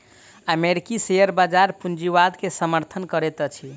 अमेरिकी शेयर बजार पूंजीवाद के समर्थन करैत अछि